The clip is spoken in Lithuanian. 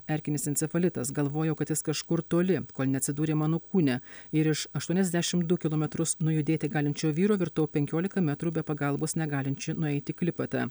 erkinis encefalitas galvojau kad jis kažkur toli kol neatsidūrė mano kūne ir iš aštuoniasdešim du kilometrus nujudėti galinčio vyro virtau penkiolika metrų be pagalbos negalinčiu nueiti klipata